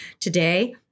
Today